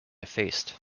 faced